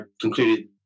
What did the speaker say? concluded